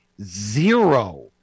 zero